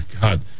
God